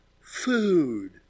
food